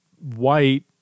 white